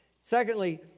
Secondly